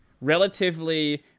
relatively